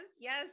yes